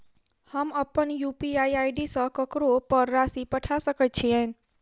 हम अप्पन UPI ID सँ ककरो पर राशि पठा सकैत छीयैन?